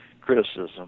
criticism